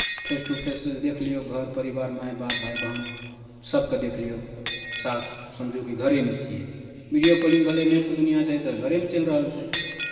face to face देख लियौ घर परिवार माय बाप भाय बहन सभकेँ देख लियौ साफ समझू कि घरेमे छियै वीडियो कॉलिंग भेलै नेटके दुनिआँ छै तऽ घरेमे चलि रहल छै